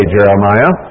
Jeremiah